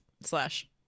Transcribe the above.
slash